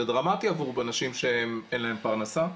זה דרמטי עבור אנשים שאין להם פרנסה.